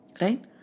Right